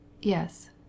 yes